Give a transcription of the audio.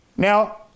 Now